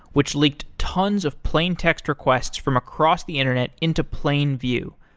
which leaked tons of plaintext requests from across the internet into plain view.